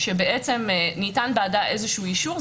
שניתן בעדה איזה אישור,